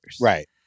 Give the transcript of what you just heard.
Right